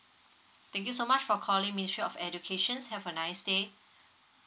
thank you so much for calling me shop educations have a nice day